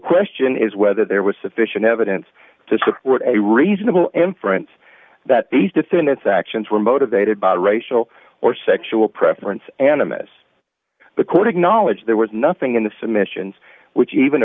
question is whether there was sufficient evidence to support a reasonable inference that these defendant's actions were motivated by a racial or sexual preference and a miss the court acknowledged there was nothing in the submissions which even